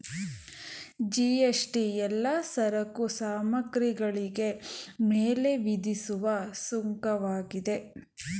GST ಎಲ್ಲಾ ಸರಕು ಸಾಮಗ್ರಿಗಳಿಗೆ ಮೇಲೆ ವಿಧಿಸುವ ಸುಂಕವಾಗಿದೆ